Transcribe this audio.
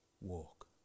Walk